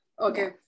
Okay